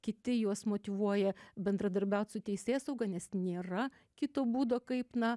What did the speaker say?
kiti juos motyvuoja bendradarbiaut su teisėsauga nes nėra kito būdo kaip na